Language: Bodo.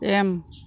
एम